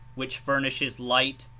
which furnishes light,